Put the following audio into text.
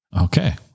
Okay